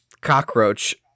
cockroach